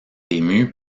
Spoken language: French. ému